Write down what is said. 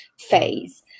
phase